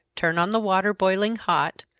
turn on the water boiling hot,